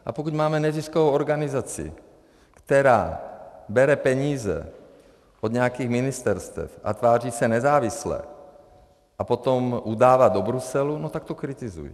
A pokud máme neziskovou organizaci, která bere peníze od nějakých ministerstev a tváří se nezávisle a potom udává do Bruselu, no, tak to kritizuji.